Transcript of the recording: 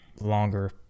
longer